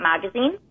magazine